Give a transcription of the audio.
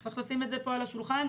צריך לשים את זה על השולחן,